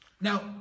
Now